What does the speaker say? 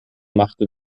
machte